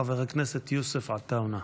חבר הכנסת יוסף עטאונה.